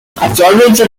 actualmente